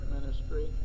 ministry